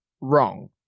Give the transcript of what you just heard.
wrong